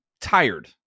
tired